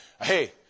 Hey